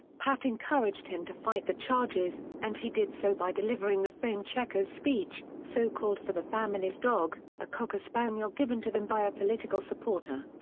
pat encouraged him to fight the charges, and he did so by delivering the famed checkers speech, so-called for the family's dog, a cocker spaniel given to them by a political supporter.